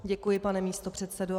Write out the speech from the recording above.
Děkuji, pane místopředsedo.